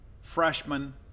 freshman